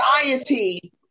society